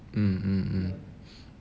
mm mm mm